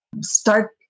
start